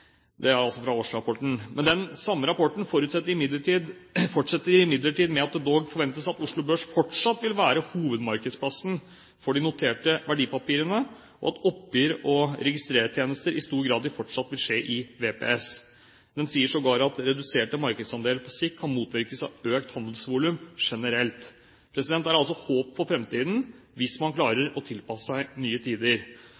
Det er altså fra årsrapporten. Den samme rapporten fortsetter imidlertid med at det dog forventes at Oslo Børs «fortsatt vil være hovedmarkedsplassen for de noterte verdipapirene og at oppgjør og registertjenestene i stor grad vil skje i VPS». Den sier sågar at reduserte markedsandeler på sikt kan «motvirkes av økt handelsvolum generelt». Det er altså håp for framtiden, hvis man